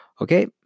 Okay